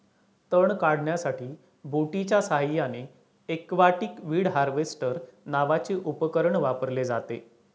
तण काढण्यासाठी बोटीच्या साहाय्याने एक्वाटिक वीड हार्वेस्टर नावाचे उपकरण वापरले जाते